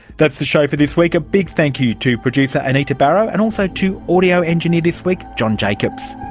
that's the show for this week. a big thank you to producer anita barraud and also to audio engineer this week john jacobs.